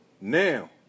now